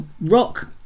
rock